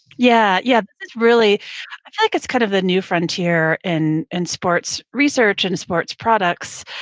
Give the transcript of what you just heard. yeah. yeah. this is really, i feel like it's kind of the new frontier in and sports research and sports products.